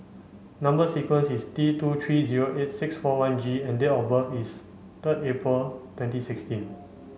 number sequence is T two three zero eight six four one G and date of birth is third April twenty sixteen